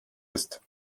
ist